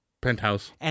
penthouse